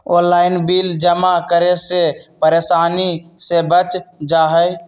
Online bill जमा करे से परेशानी से बच जाहई?